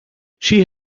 she